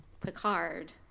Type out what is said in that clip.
Picard